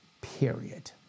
Period